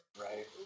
right